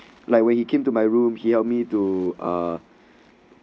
like when he came to my room he helped me to uh